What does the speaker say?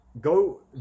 go